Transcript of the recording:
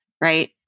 Right